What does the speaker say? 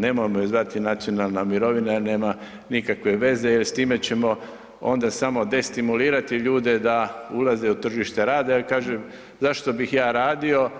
Nemojmo je zvati nacionalna mirovina jer nema nikakve veze jel s time ćemo onda samo destimulirati ljude da ulaze u tržište rada jer kaže zašto bi ja radio